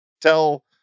tell